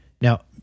now